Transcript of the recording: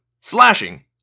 Slashing